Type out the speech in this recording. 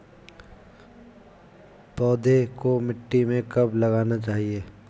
पौधें को मिट्टी में कब लगाना चाहिए?